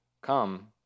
Come